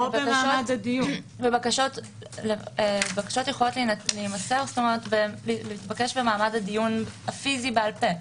בקשות יכולות להתבקש במעמד הדיון הפיזי בעל פה.